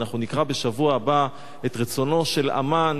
ואנחנו נקרא בשבוע הבא את רצונו של המן,